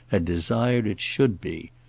had desired it should be.